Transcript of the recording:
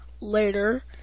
Later